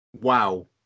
Wow